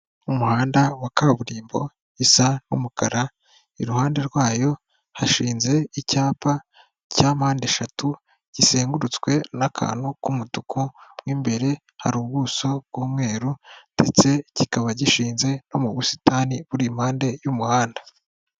Umuhanda wa kaburimbo isa nk'umukara, iruhande rwayo hashinze icyapa cya mpandeshatu kizengurutswe n'akantu k'umutuku, mo imbere hari ubuso bw'umweru ndetse kikaba gishinze no mu busitani buri impande y'umuhanda.